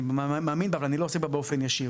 אני מאמין בה אבל אני לא עוסק בה באופן ישיר